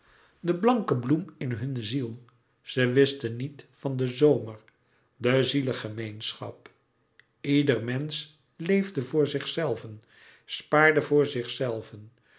de blanke bloem in hunne ziel ze wisten niet van den zomer de zielegemeenschap ieder mensch leefde voor zichzelven spaarde voor